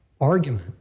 argument